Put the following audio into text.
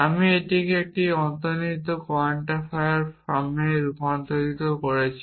আমি এটিকে একটি অন্তর্নিহিত কোয়ান্টিফায়ার ফর্মে রূপান্তর করেছি